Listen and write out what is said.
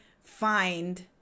find